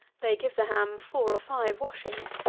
they give the ham four or five washings,